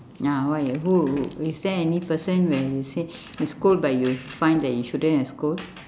ya why who is there any person where you say you scold but you find that you shouldn't have scold